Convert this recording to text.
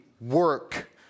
work